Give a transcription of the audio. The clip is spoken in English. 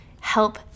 help